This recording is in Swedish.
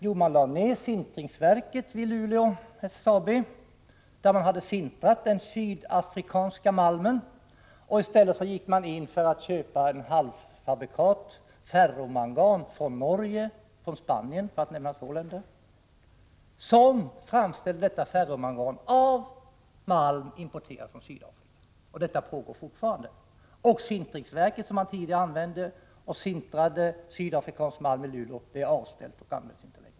Jo, SSAB lade ned sintringsverket i Luleå, där man hade sintrat den sydafrikanska malmen. I stället gick man in för att köpa ett halvfabrikat, ferromangan, från Norge och Spanien — för att nämna två länder — som framställts av malm importerad från Sydafrika. Detta pågår fortfarande, och sintringsverket i Luleå, där man tidigare sintrade sydafrikansk malm, är avställt och används alltså inte längre.